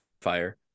fire